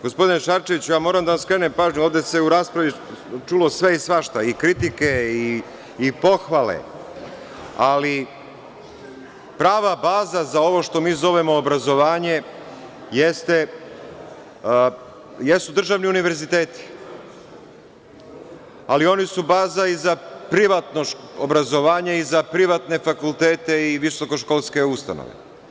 Gospodine Šarčeviću, moram da vam skrenem pažnju, ovde se u raspravi čulo sve i svašta, i kritike i pohvale, ali prava baza za ovo što mi zovemo obrazovanje jesu državni univerziteti, ali oni su baza i za privatno obrazovanje i za privatne fakultete i visokoškolske ustanove.